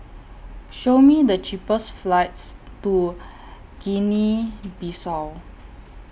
Show Me The cheapest flights to Guinea Bissau